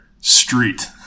Street